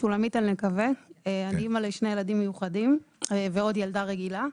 ש’: אני אמא לשני ילדים מיוחדים ועוד ילדה רגילה.